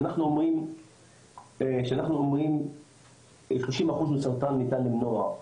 כשאנחנו אומרים ש-30 אחוזים מהסרטן ניתן למנוע,